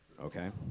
okay